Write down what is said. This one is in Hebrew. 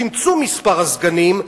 צמצום מספר הסגנים.